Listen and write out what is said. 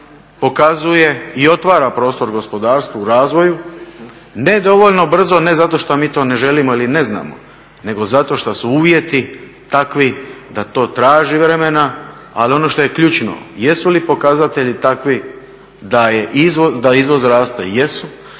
pokazuje i ostvaruje prostor gospodarstvu u razvoju nedovoljno brzo ne zato što mi to ne želimo ili ne znamo nego zato što su uvjeti takvi da to traži vremena. Ali ono što je ključno jesu li pokazatelji takvi da izvoz raste? Jesu.